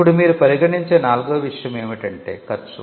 ఇప్పుడు మీరు పరిగణించే నాల్గవ విషయం ఏమిటంటే ఖర్చు